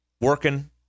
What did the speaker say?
Working